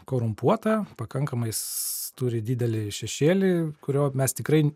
korumpuota pakankamais turi didelį šešėlį kurio mes tikrai